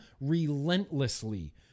relentlessly